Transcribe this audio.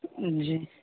جی